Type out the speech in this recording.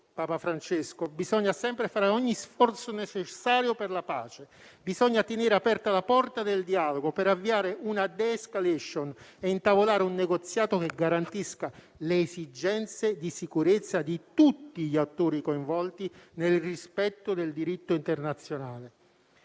Papa Francesco - bisogna sempre fare ogni sforzo necessario per la pace; bisogna tenere aperta la porta del dialogo per avviare una *de-escalation* e intavolare un negoziato che garantisca le esigenze di sicurezza di tutti gli attori coinvolti, nel rispetto del diritto internazionale.